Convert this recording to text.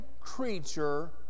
creature